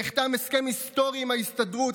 נחתם הסכם היסטורי עם ההסתדרות,